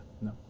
No